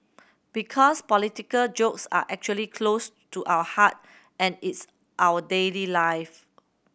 because political jokes are actually close to our heart and it's our daily life